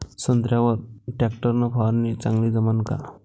संत्र्यावर वर टॅक्टर न फवारनी चांगली जमन का?